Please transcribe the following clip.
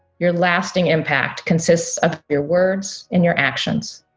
your lasting impact consists of your words and your actions,